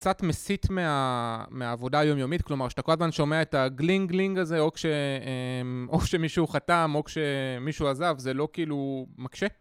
קצת מסית מהעבודה היומיומית, כלומר, כשאתה כל הזמן שומע את הגלינג-גלינג הזה, או כשמישהו חתם, או כשמישהו עזב, זה לא כאילו מקשה.